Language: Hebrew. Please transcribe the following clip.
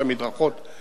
אף שהמדרכות רחבות.